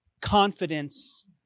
confidence